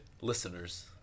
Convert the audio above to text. listeners